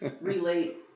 relate